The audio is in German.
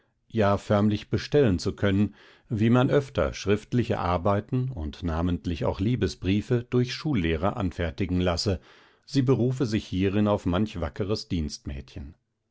ja förmlich bestellen zu können wie man öfter schriftliche arbeiten und namentlich auch liebesbriefe durch schullehrer anfertigen lasse sie berufe sich hierin auf manch wackeres